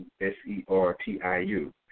S-E-R-T-I-U